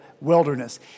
wilderness